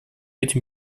этим